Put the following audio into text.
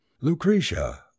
Lucretia